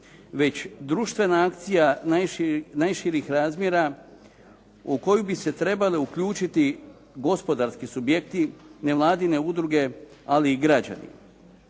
već društvena akcija najširih razmjera u koju bi se trebali uključiti gospodarski subjekti, nevladine udruge, ali i građani.